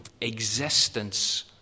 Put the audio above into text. existence